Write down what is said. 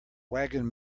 wagon